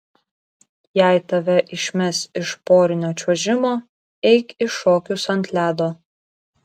jei tave išmes iš porinio čiuožimo eik į šokius ant ledo